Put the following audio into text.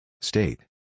State